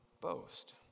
boast